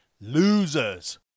Losers